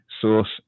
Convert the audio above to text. source